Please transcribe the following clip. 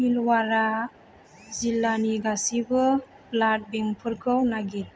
भिलवारा जिल्लानि गासिबो ब्लाड बेंकफोरखौ नागिर